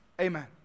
Amen